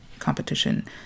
Competition